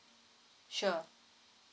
sure